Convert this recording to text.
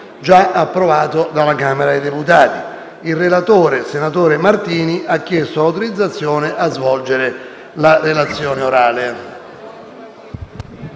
già approvato dalla Camera dei deputati. Il relatore, senatore Martini, ha chiesto l'autorizzazione a svolgere la relazione orale.